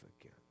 again